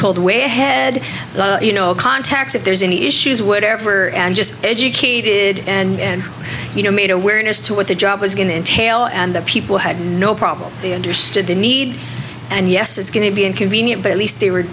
told way ahead you know contacts if there's any issues whatever and just educated and you know made awareness to what the job was going in tail and the people had no problem they understood the need and yes it's going to be inconvenient but at least they were